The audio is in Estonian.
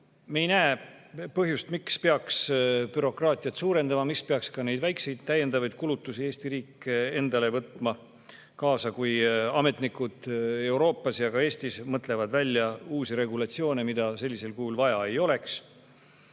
Me ei näe põhjust, miks peaks bürokraatiat suurendama, miks peaks Eesti riik ka neid väikseid täiendavaid kulutusi enda kanda võtma, kui ametnikud Euroopas ja ka Eestis mõtlevad välja uusi regulatsioone, mida sellisel kujul vaja ei oleks.